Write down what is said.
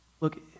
Look